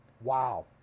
Wow